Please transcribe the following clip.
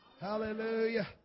Hallelujah